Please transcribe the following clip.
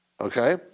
Okay